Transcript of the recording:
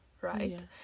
right